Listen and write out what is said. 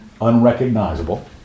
unrecognizable